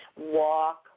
Walk